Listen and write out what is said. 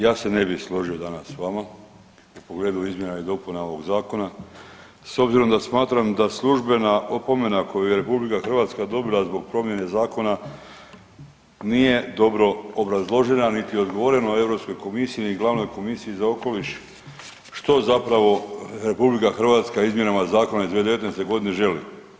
Ja se ne bih složio danas s vama u pogledu izmjena i dopuna ovog zakona s obzirom da smatram da službena opomena koju je RH dobila zbog promjene zakona nije dobro obrazložena niti je odgovoreno Europskoj komisiji ni glavnoj komisiji za okoliš što zapravo RH izmjenama zakona iz 2019.g. želi.